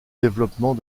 développement